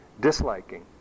disliking